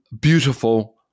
beautiful